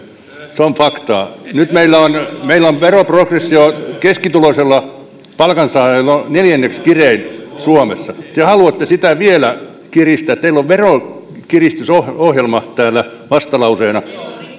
se on faktaa nyt meillä on meillä on veroprogressio keskituloisella palkansaajalla neljänneksi kirein suomessa te te haluatte sitä vielä kiristää teillä on veronkiristysohjelma täällä vastalauseena